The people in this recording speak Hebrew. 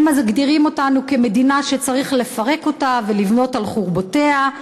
הם מגדירים אותנו כמדינה שצריך לפרק אותה ולבנות על חורבותיה.